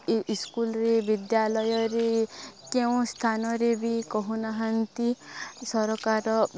ଇ ସ୍କୁଲରେ ବିଦ୍ୟାଳୟରେ କେଉଁ ସ୍ଥାନରେ ବି କହୁନାହାନ୍ତି ସରକାର